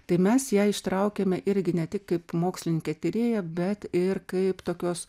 tai mes ją ištraukiame irgi ne tik kaip mokslininkę tyrėją bet ir kaip tokios